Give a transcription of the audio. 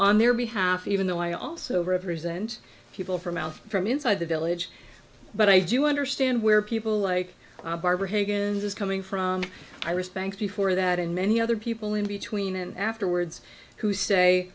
on their behalf even though i also represent people from out from inside the village but i do understand where people like barbara hagan's is coming from iris banks before that and many other people in between and afterwards who say